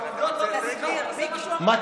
העובדות לא מסתדרות, זה מה שהוא אמר.